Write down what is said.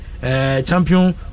champion